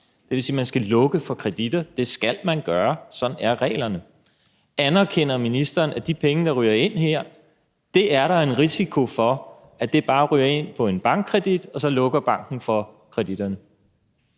dvs. at man skal lukke for kreditter. Det skal man gøre, sådan er reglerne. Anerkender ministeren, at der er en risiko for, at de penge, der ryger ind her, bare ryger ind på en bankkredit, og så lukker banken for kreditterne?